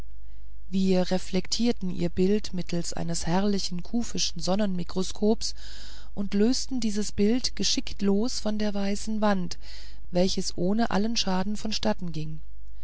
wir reflektierten ihr bild mittelst eines herrlichen kuffischen sonnenmikroskops und lösten dieses bild geschickt los von der weißen wand welches ohne allen schaden vonstatten ging